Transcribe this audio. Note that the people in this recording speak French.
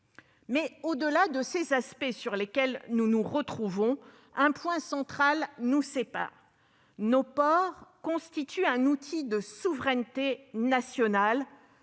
idée. Au-delà de ces aspects, sur lesquels nous nous accordons, un point central nous sépare. Nos ports constituent un outil de souveraineté nationale